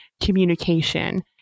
communication